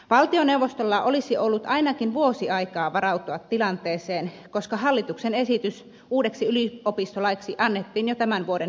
valtioneuvostolla olisi ollut ainakin vuosi aikaa varautua tilanteeseen koska hallituksen esitys uudeksi yliopistolaiksi annettiin jo tämän vuoden helmikuun lopussa